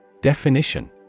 Definition